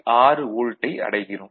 6 வோல்ட்டை அடைகிறோம்